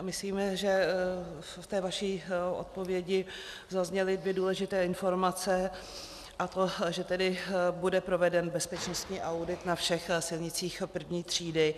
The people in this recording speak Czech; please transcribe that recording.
Myslím, že ve vaší odpovědi zazněly dvě důležité informace, a to že bude proveden bezpečnostní audit na všech silnicích I. třídy.